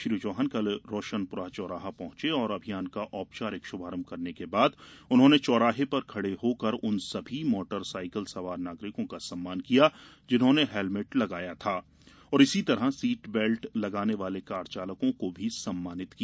श्री चौहान कल रोशनपुरा चौराहा पहुंचे और अभियान का औपचारिक शुभारंभ करने के बाद उन्होंने चौराहे पर खेड़े होकर उने सभी मोटर सायकल सवार नागरिकों का सम्मान किया जिन्होंने हेलमेट लगाया था और उसी तरह सीट बेल्ट लगाने वाले कार चालकों को भी सम्मानित किया